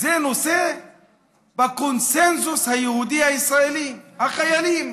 זה נושא בקונסנזוס היהודי הישראלי, החיילים.